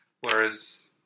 whereas